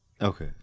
Okay